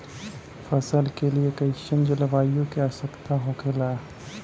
फसल के लिए कईसन जलवायु का आवश्यकता हो खेला?